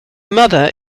mother